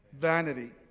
vanity